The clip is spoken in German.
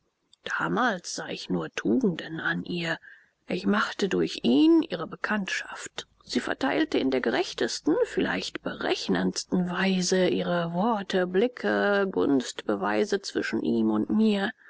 damals sah ich nur tugenden an ihr ich machte durch ihn ihre bekanntschaft sie verteilte in der gerechtesten vielleicht berechnendsten weise ihre worte blicke gunstbeweise zwischen ihm und mir